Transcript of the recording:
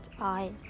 eyes